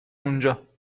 اونجا